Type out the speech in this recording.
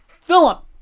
Philip